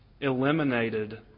eliminated